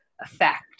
effect